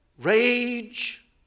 rage